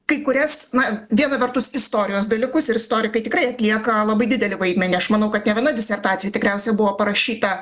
kai kurias na viena vertus istorijos dalykus ir istorikai tikrai atlieka labai didelį vaidmenį aš manau kad ne viena disertacija tikriausiai buvo parašyta